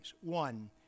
One